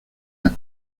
las